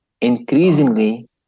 increasingly